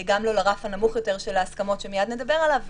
גם לא לרף הנמוך יותר של ההסכמות שמייד נדבר עליו,